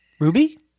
Ruby